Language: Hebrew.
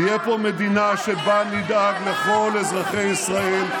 תהיה פה מדינה שבה נדאג לכל אזרחי ישראל,